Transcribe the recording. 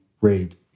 rate